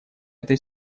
этой